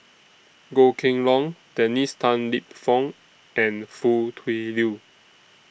Goh Kheng Long Dennis Tan Lip Fong and Foo Tui Liew